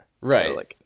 Right